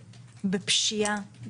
בפשיעה,